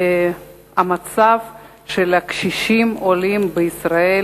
שהמצב של העולים הקשישים בישראל